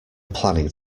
planning